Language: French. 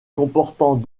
comportant